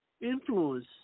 influence